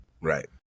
Right